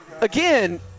again